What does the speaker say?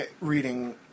reading